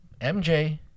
MJ